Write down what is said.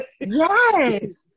yes